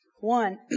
One